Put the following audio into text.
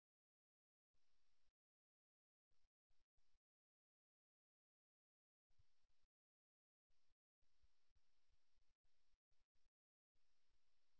மேல்நோக்கி சுட்டிக்காட்டும் கால்விரல்கள் நபர் நல்ல மனநிலையில் இருப்பதாகக் கூறுகின்றன அல்லது நேர்மறையான ஒன்றைக் கேட்க வாய்ப்புள்ளது